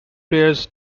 players